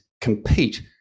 compete